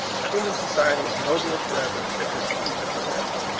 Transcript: human society is nobler forever because he has lived.